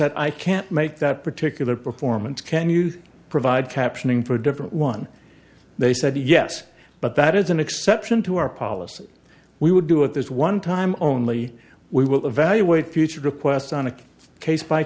said i can't make that particular performance can you provide captioning for a different one they said yes but that is an exception to our policy we would do it this one time only we will evaluate future requests on a case by